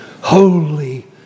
Holy